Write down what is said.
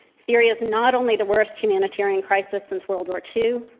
syria is not only the worst humanitarian crisis since world war two,